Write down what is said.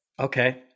Okay